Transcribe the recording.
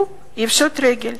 הוא יפשוט רגל.